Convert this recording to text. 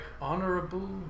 honorable